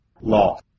law